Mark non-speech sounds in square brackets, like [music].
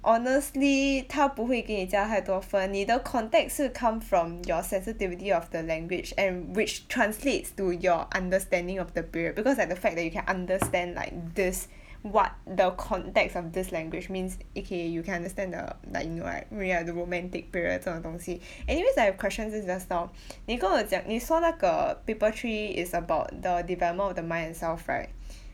honestly 他不会给你加太多分你的 context 是 come from your sensitivity of the language and which translates to your understanding of the period because like the fact that you can understand like this [breath] what the context of this language means A_K_A you can understand the like nuance right yeah the romantic period 这种东西 [breath] anyways I have a question since just now [breath] [noise] 你跟我讲你说那个 paper three is the about development of the mind and self right [breath]